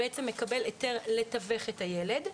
הסוכן בעצם מקבל היתר לתווך את הילד.